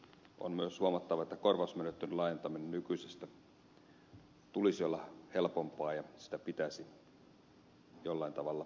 on myös huomattava että korvausmenettelyn laajentamisen nykyisestä tulisi olla helpompaa ja sitä pitäisi jollain tavalla myös kehittää